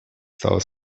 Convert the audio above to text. стала